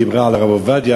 דיברה על הרב עובדיה,